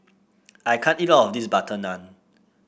I can't eat all of this butter naan